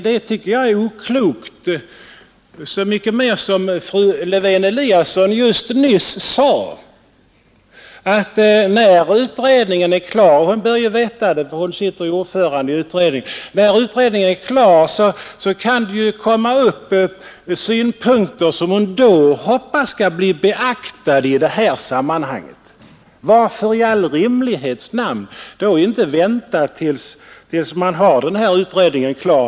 Det tycker jag är oklokt, så mycket mer som fru Lewén-Eliasson nyss sade att när utredningen är klar — och hon bör veta vad hon talar om, eftersom hon är ordförande i utredningen — kan det framkomma synpunkter som hon hoppas då skall bli beaktade i detta sammanhang. Varför i all rimlighets namn då inte vänta till dess utredningen är klar?